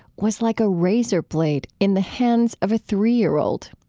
was like a razor blade in the hands of a three-year-old.